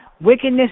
Wickedness